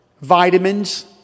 vitamins